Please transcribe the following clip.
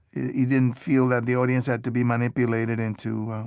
he didn't feel that the audience had to be manipulated into